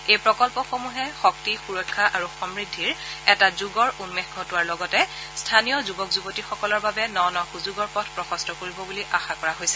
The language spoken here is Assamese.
এই প্ৰকল্পসমূহে শক্তি সূৰক্ষা আৰু সমূদ্ধিৰ এটা যুগৰ উন্মেষ ঘটোৱাৰ লগতে স্থানীয় যুবক যুবতীসকলৰ বাবে ন ন সুযোগৰ পথ প্ৰশস্ত কৰিব বুলি আশা কৰা হৈছে